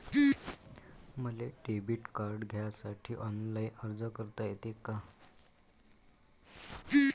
मले debit card घ्यासाठी online अर्ज करता येते का?